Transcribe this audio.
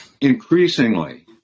increasingly